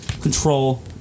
Control